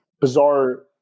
bizarre